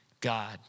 God